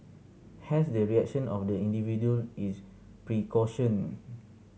hence the reaction of the individual is precaution